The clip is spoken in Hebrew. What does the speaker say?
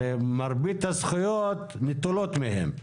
הרי מרבית הזכויות נטולות מהם.